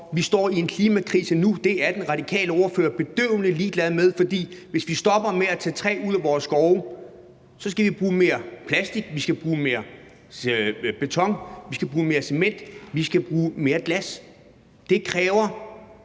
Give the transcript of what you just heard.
Vi står i en klimakrise nu. Det er den radikale ordfører bedøvende ligeglad med, for hvis vi stopper med at tage træ ud af vores skove, skal vi bruge mere plastik, mere beton, mere cement og mere glas. Det kræver,